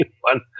one